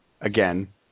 again